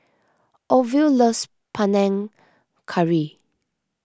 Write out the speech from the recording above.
Orvil loves Panang Curry